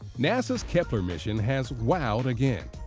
nasa's kepler mission has wowed again.